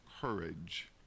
courage